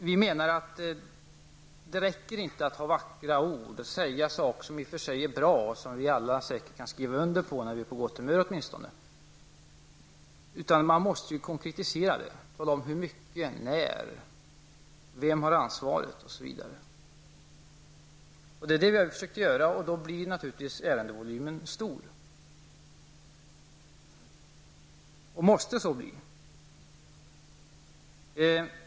Vi anser inte att det räcker med vackra ord och att man säger saker som i och för sig är bra och som alla säkerligen kan skriva under på, åtminstone när vi är på gott humör. Man måste konkretisera det hela och tala om hur mycket, när, vem som har ansvaret osv. Det är vad vi har försökt göra, och då blir naturligtvis ärendevolymen stor.